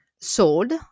sold